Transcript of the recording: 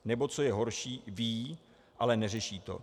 Nebo co je horší, ví, ale neřeší to.